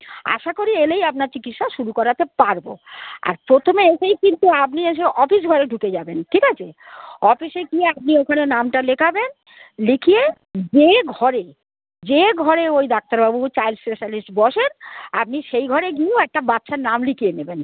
আশা করি এলেই আপনার চিকিৎসা শুরু করাতে পারবো আর প্রথমে এসেই কিন্তু আপনি এসে অফিস ঘরে ঢুকে যাবেন ঠিক আছে অফিসে গিয়ে আপনি ওখানে নামটা লেখাবেন লিখিয়ে যে ঘরে যে ঘরে ওই ডাক্তারবাবু চাইল্ড স্পেশালিস্ট বসেন আপনি সেই ঘরে গিয়েও একটা বাচ্চার নাম লিখিয়ে নেবেন